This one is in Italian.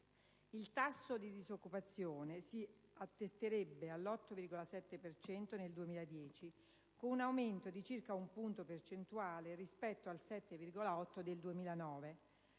Il tasso di disoccupazione si attesterebbe all'8,7 per cento nel 2010, con un aumento di circa 1 punto percentuale rispetto al 7,8 per cento